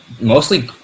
mostly